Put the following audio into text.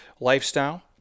lifestyle